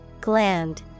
Gland